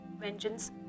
vengeance